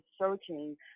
searching